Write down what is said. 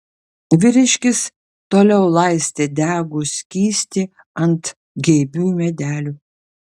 vyriškis toliau laistė degų skystį ant geibių medelių